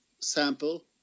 sample